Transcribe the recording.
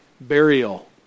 burial